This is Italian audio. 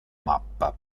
mappa